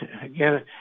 again